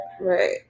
Right